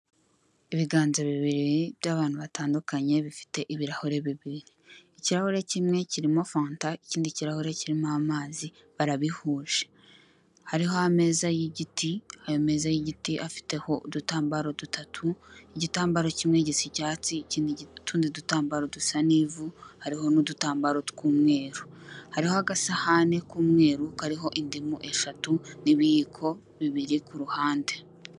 Ibiganza bibiri by'abantu batandukanye bifite ibirahure bibiri ikirahure kimwe kirimo fanta ikindi kirahure kirimo amazi barabihuje hariho ameza y'igiti ayo meza y'igiti afiteho udutambaro dutatu igitambaro kimwe gisa icyatsi ikindi/utundi dutambaro dusa n'ivu hariho n'udutambaro tw'umweru, hariho agasahane k'umweru kariho indimu eshatu n'ibiyiko bibiri kuri uru ruhande.